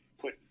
put